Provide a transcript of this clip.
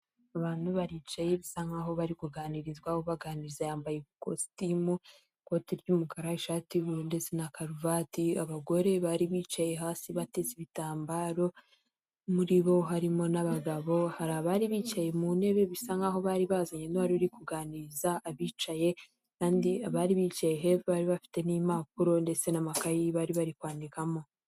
Abantu baricaye bisa nk'aho bari kuganirizwaho ubaganiriza yambaye ikositimu, ikoti ry'umukara, ishati y'ubururu ndetse na karuvati, abagore bari bicaye hasi bateze ibitambaro muri bo harimo n'abagabo, hari abari bicaye mu ntebe bisa nk'aho bari bazanye n'uwari uri kuganiriza abicaye kandi abari bicaye bari bafite n'impapuro ndetse n'amakayi bari bari kwandikamo.